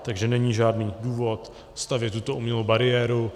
Takže není žádný důvod stavět tuto umělou bariéru.